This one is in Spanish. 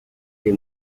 que